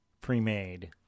pre-made